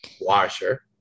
Washer